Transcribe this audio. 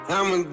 I'ma